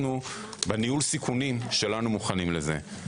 אנחנו בניהול סיכונים שלנו מוכנים לזה.